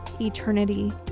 eternity